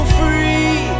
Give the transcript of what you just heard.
free